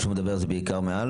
אז השב"ן שהוא מדבר זה בעיקר מעל?